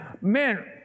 Man